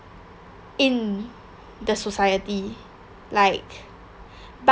in the society like